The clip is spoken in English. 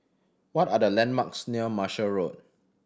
what are the landmarks near Marshall Road